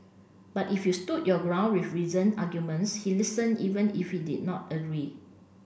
but if you stood your ground with reason arguments he listen even if he did not agree